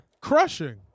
Crushing